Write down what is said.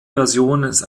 version